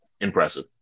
impressive